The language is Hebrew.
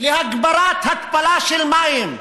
להגברת התפלה של מים,